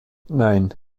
nein